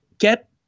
Get